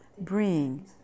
bring